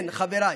כן, חבריי,